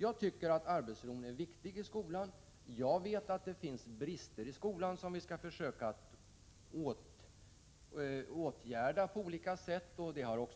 Jag vet att det i skolan finns brister, som vi skall försöka åtgärda på olika sätt.